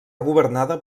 governada